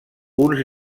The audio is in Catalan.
uns